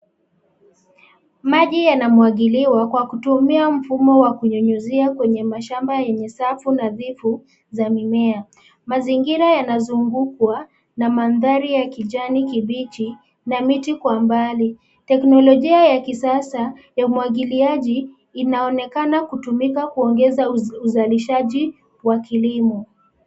Maji yanamwagiliwa kwa kutumia mfumo wa kunyinyizia kwenye mashamba yenye safu nadhifu, za mimea. Mazingira yanazungukwa, na mandhari ya kijani kibichi, na miti kwa mbali, teknolojia ya kisasa, ya umwagiliaji, inaonekana kutumika kuongeza uzalishaji, wa kilimo.